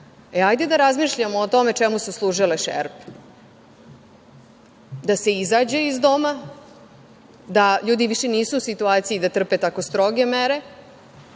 toga. Hajde da razmišljamo o tome čemu su služile šerpe? Da se izađe iz doma, da ljudi više nisu u situaciji da trpe tako stroge mere